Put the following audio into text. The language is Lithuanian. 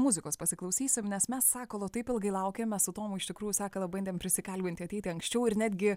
muzikos pasiklausysim nes mes sakalo taip ilgai laukėm mes su tomu iš tikrųjų sakalą bandėm prisikalbinti ateiti anksčiau ir netgi